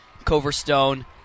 Coverstone